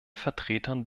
vertretern